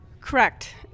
correct